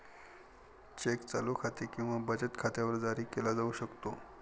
check चालू खाते किंवा बचत खात्यावर जारी केला जाऊ शकतो